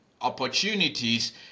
opportunities